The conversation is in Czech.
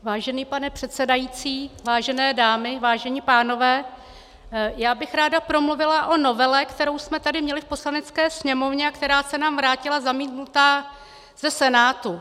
Vážený pane předsedající, vážené dámy, vážení pánové, já bych ráda promluvila o novele, kterou jsme tady měli v Poslanecké sněmovně a která se nám vrátila zamítnutá ze Senátu.